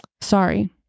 sorry